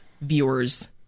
viewers